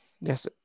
Yes